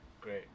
Great